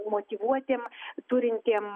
motyvuotiem turintiem